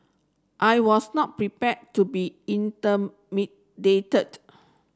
I was not prepared to be